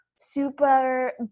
super